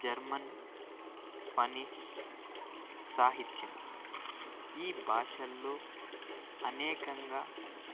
German Finnish సాహిత్యం ఈ భాషల్లో అనేకంగా